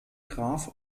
graf